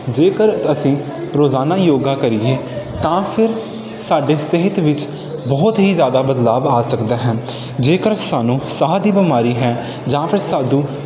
ਜੇਕਰ ਅਸੀਂ ਰੋਜ਼ਾਨਾ ਯੋਗਾ ਕਰੀਏ ਤਾਂ ਫਿਰ ਸਾਡੀ ਸਿਹਤ ਵਿੱਚ ਬਹੁਤ ਹੀ ਜ਼ਿਆਦਾ ਬਦਲਾਅ ਆ ਸਕਦਾ ਹੈ ਜੇਕਰ ਸਾਨੂੰ ਸਾਹ ਦੀ ਬਿਮਾਰੀ ਹੈ ਜਾਂ ਫਿਰ ਸਾਨੂੰ